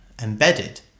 embedded